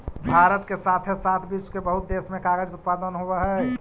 भारत के साथे साथ विश्व के बहुते देश में कागज के उत्पादन होवऽ हई